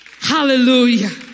Hallelujah